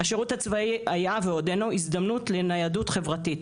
השירות הצבאי היה ועודנו הזדמנות לניידות חברתית.